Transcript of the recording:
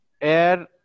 air